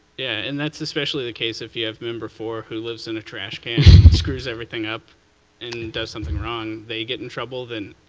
and that's especially the case if you have member four who lives in a trash can and screws everything up and does something wrong. they get in trouble, then,